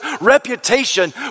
reputation